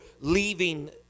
leaving